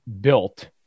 built